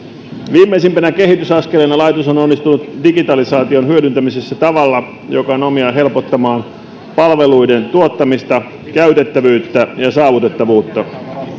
viimeisimpänä kehitysaskeleena laitos on onnistunut digitalisaation hyödyntämisessä tavalla joka on omiaan helpottamaan palveluiden tuottamista käytettävyyttä ja saavutettavuutta